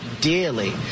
dearly